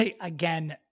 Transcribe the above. Again